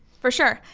for sure,